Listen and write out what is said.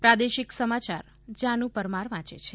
પ્રાદેશિક સમાયાર જાનુ પરમાર વાંચે છે